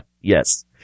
Yes